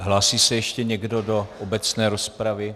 Hlásí se ještě někdo do obecné rozpravy?